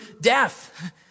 death